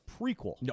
prequel